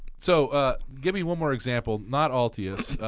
so ah give me one more example, not altius,